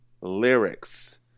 lyrics